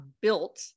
built